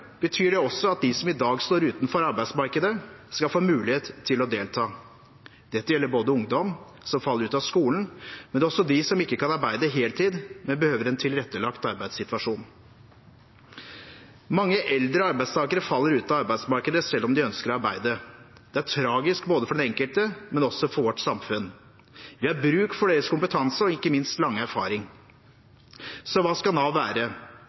betyr det også at de som i dag står utenfor arbeidsmarkedet, skal få mulighet til å delta. Dette gjelder både ungdom som faller ut av skolen, og også de som ikke kan arbeide heltid, men behøver en tilrettelagt arbeidssituasjon. Mange eldre arbeidstakere faller ut av arbeidsmarkedet selv om de ønsker å arbeide. Det er tragisk for den enkelte, men også for vårt samfunn. Vi har bruk for deres kompetanse og ikke minst lange erfaring. Så hva skal Nav være?